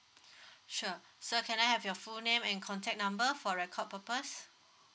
sure sir can I have your full name and contact number for record purpose